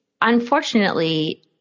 Unfortunately